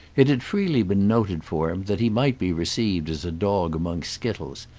it had freely been noted for him that he might be received as a dog among skittles,